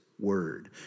word